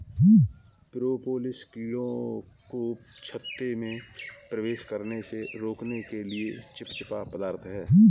propolis कीड़ों को छत्ते में प्रवेश करने से रोकने के लिए चिपचिपा पदार्थ है